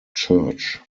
church